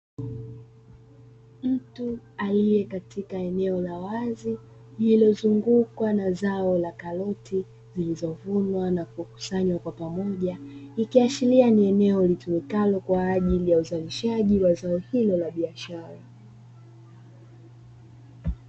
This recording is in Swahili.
Mtu aliye katika eneo la wazi lililozungukwa na zao la karoti zilizovunwa na kukusanywa kwa pamoja, ikiashiria ni eneo litumikalo kwa ajili ya uzalishaji wa zao hilo la biashara.